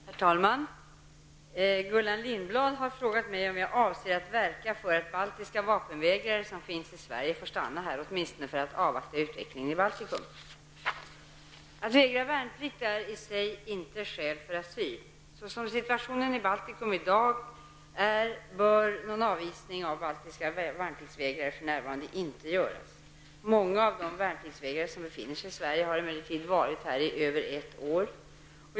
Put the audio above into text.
Herr talman! Gullan Lindblad har frågat mig om jag avser att verka för att de baltiska vapenvägrare som finns i Sverige får stanna här, åtminstone för att avvakta utvecklingen i Baltikum. Att vägra värnplikt är i sig inte skäl för asyl. Såsom situationen i Baltikum är i dag bör någon avvisning av baltiska värnpliktsvägrare för närvarande inte göras. Många av de värnpliktsvägrare som befinner sig i Sverige har emellertid varit här i över ett år.